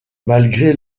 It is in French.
malgré